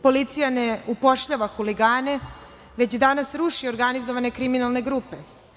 Policija ne upošljava huligane, već danas ruši organizovane kriminalne grupe.